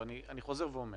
אני חוזר ואומר,